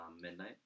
Midnight